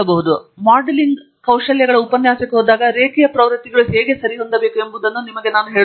ನಾವು ಮಾಡೆಲಿಂಗ್ ಕೌಶಲ್ಯಗಳ ಉಪನ್ಯಾಸಕ್ಕೆ ಹೋದಾಗ ರೇಖೀಯ ಪ್ರವೃತ್ತಿಗಳು ಹೇಗೆ ಸರಿಹೊಂದಬೇಕು ಎಂಬುದನ್ನು ನಿಮಗೆ ತೋರಿಸುತ್ತೇನೆ